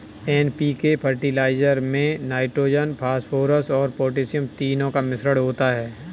NPK fertiliser में nitrogen, phosphorus और potassium तीनों का मिश्रण होता है